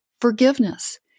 forgiveness